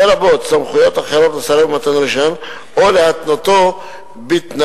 לרבות סמכויות אחרות לסרב למתן הרשיון או להתנותו בתנאים,